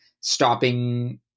stopping